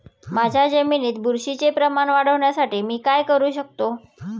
माझ्या जमिनीत बुरशीचे प्रमाण वाढवण्यासाठी मी काय करू शकतो?